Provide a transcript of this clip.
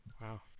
Wow